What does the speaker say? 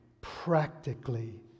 practically